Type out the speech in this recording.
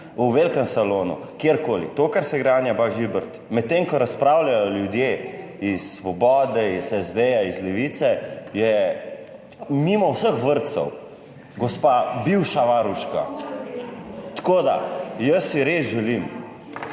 v velikem salonu, kjerkoli, to, kar se gre Anja Bah Žibert, medtem ko razpravljajo ljudje iz Svobode, iz SD, iz Levice je mimo vseh vrtcev, gospa bivša varuška. Tako da si jaz res želim,